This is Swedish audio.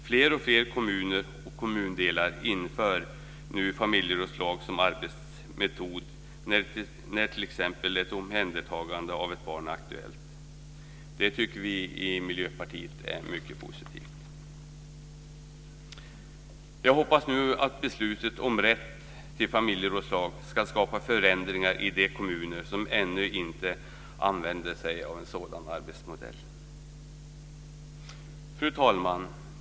Fler och fler kommuner och kommundelar inför nu familjerådslag som arbetsmetod när t.ex. ett omhändertagande av ett barn är aktuellt. Det tycker vi i Miljöpartiet är mycket positivt. Jag hoppas nu att beslutet om rätt till familjerådslag ska skapa förändringar i de kommuner som ännu inte använder sig av en sådan arbetsmodell. Fru talman!